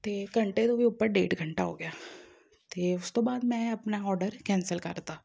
ਅਤੇ ਘੰਟੇ ਤੋਂ ਵੀ ਉੱਪਰ ਡੇਢ ਘੰਟਾ ਹੋ ਗਿਆ ਅਤੇ ਉਸ ਤੋਂ ਬਾਅਦ ਮੈਂ ਆਪਣਾ ਔਡਰ ਕੈਂਸਲ ਕਰਤਾ